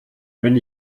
wenn